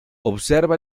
observa